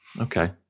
Okay